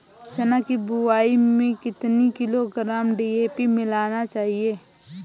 चना की बुवाई में कितनी किलोग्राम डी.ए.पी मिलाना चाहिए?